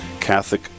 catholic